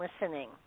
listening